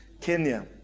Kenya